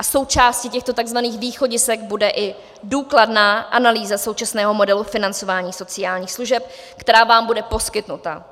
Součástí těchto takzvaných východisek bude i důkladná analýza současného modelu financování sociálních služeb, která vám bude poskytnuta.